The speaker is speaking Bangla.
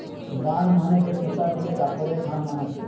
বার্ন মানে যে সুতা থিকে কাপড়ের খান বানাচ্ছে